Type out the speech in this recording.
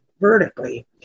vertically